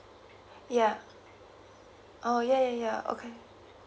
yeah oh ya ya okay